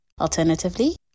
Alternatively